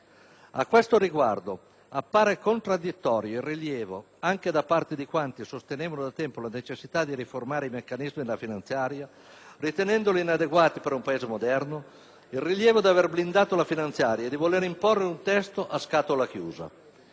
A questo riguardo appare contraddittorio il rilievo, anche da parte di quanti sostenevano da tempo la necessità di riformare i meccanismi della finanziaria ritenendoli inadeguati per un Paese moderno, di aver blindato la finanziaria e di voler imporre un testo a scatola chiusa.